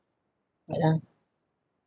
what ah